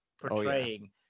portraying